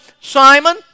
Simon